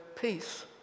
peace